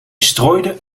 strooide